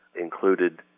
included